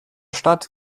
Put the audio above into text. stadt